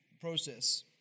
process